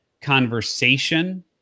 conversation